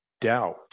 doubt